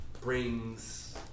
brings